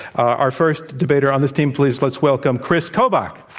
our first debater on this team, please, let's welcome kris kobach.